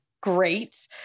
great